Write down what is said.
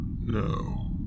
No